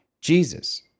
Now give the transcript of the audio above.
Jesus